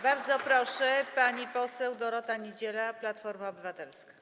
Bardzo proszę, pani poseł Dorota Niedziela, Platforma Obywatelska.